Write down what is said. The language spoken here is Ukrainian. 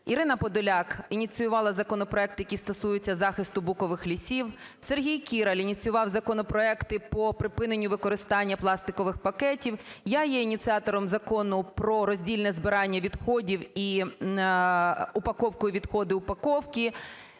Ірина Подоляк ініціювала законопроект, який стосується захисту букових лісів. Сергій Кіраль ініціював законопроекти по припиненню використання пластикових пакетів. Я є ініціатором закону про роздільне збирання відходів і упаковку, відходи упаковки.